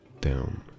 down